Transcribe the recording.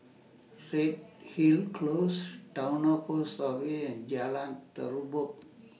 Redhill Close Towner Post Office and Jalan Terubok